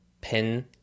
pin